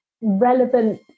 relevant